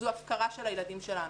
זו הפקרה של הילדים שלנו.